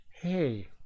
Hey